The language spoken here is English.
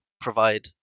provide